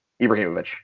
Ibrahimovic